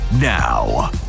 now